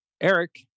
Eric